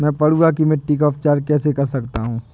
मैं पडुआ की मिट्टी का उपचार कैसे कर सकता हूँ?